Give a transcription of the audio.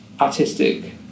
artistic